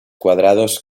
cuadrados